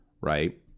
right